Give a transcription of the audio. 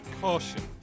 Caution